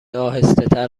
آهستهتر